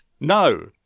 No